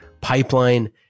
pipeline